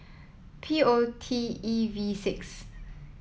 P O T E V six